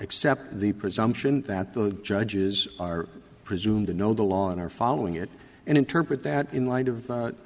accept the presumption that the judges are presumed to know the law and are following it and interpret that in light of